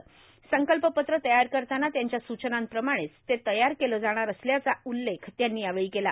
संकल्प पत्र तयार करताना त्यांच्या सुचनांप्रमाणच ते तयार केलं जाणार असल्याचा उल्लेख त्यांनी यावेळी केला